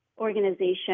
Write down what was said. organization